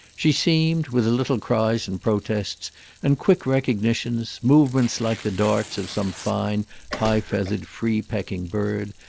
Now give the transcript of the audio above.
she seemed, with little cries and protests and quick recognitions, movements like the darts of some fine high-feathered free-pecking bird,